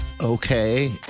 Okay